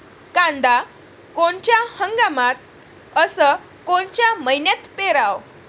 कांद्या कोनच्या हंगामात अस कोनच्या मईन्यात पेरावं?